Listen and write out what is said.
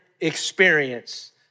experience